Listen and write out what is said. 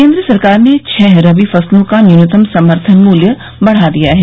केन्द्र सरकार ने छह रबी फसलों का न्यूनतम समर्थन मूल्य बढ़ा दिया है